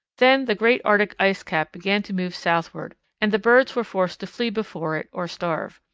then the great arctic ice-cap began to move southward and the birds were forced to flee before it or starve.